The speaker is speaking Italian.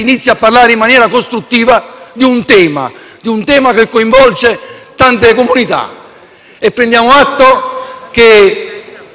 inizia a parlare finalmente, in maniera costruttiva, di un tema che coinvolge tante comunità